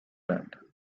band